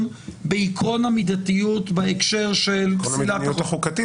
בעקרון המידתיות בהקשר של --- עקרון המידתיות החוקתי.